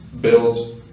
build